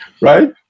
right